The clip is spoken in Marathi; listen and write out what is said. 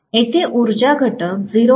येथे उर्जा घटक 0